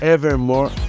Evermore